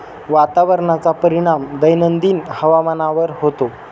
वातावरणाचा परिणाम दैनंदिन हवामानावर होतो